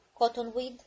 cottonweed